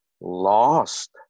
lost